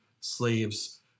slaves